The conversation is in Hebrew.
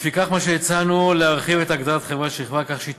לפיכך הצענו להרחיב את הגדרת "חברת שכבה" כך שהיא